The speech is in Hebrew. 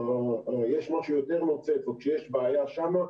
כשיש משהו יותר נוצץ או כשיש בעיה שם,